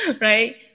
right